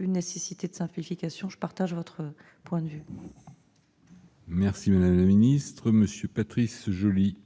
nécessité de simplification, je partage votre point de vue. La parole est à M. Patrice Joly.